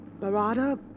Barada